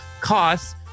costs